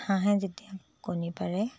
হাঁহে যেতিয়া কণী পাৰে